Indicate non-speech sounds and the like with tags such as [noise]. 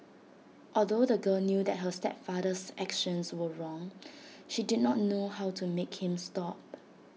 although the girl knew that her stepfather's actions were wrong [noise] she did not know how to make him stop